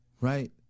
right